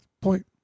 point